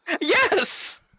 Yes